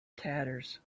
tatters